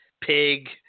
Pig